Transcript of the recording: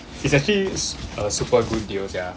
it's actually a super good deal sia